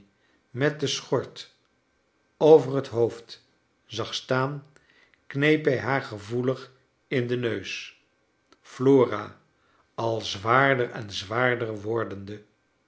met de schort over het hoofd zag staan kneep hij haar gevoelig in den neus flora al zwaarder en zwaarder svordende